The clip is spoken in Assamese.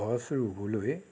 গছ ৰুবলৈ